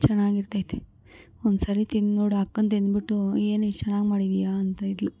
ಚೆನ್ನಾಗಿರ್ತೈತೆ ಒಂದ್ಸರಿ ತಿಂದು ನೋಡು ಅಕ್ಕ ತಿಂದ್ಬಿಟ್ಟು ಏನು ಇಷ್ಟು ಚೆನ್ನಾಗಿ ಮಾಡಿದೀಯ ಅಂತಾಯಿದ್ಳು